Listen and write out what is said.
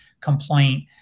complaint